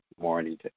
morning